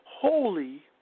Holy